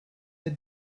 the